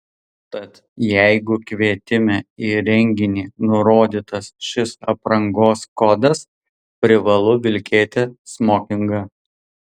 tad jeigu kvietime į renginį nurodytas šis aprangos kodas privalu vilkėti smokingą